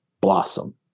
blossom